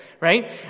right